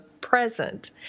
present